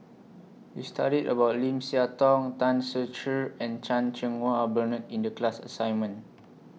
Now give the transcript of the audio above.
We studied about Lim Siah Tong Tan Ser Cher and Chan Cheng Wah Bernard in The class assignment